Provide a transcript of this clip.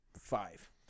five